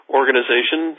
organization